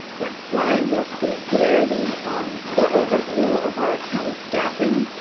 next slide. you'll see here, the the overview of our county staffing.